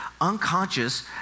unconscious